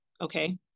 okay